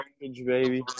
baby